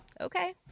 Okay